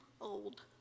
old